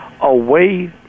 away